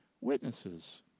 Witnesses